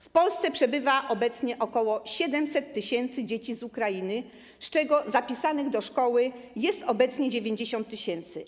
W Polsce przebywa obecnie ok. 700 tys. dzieci z Ukrainy, z czego zapisanych do szkoły jest obecnie 90 tys.